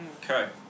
Okay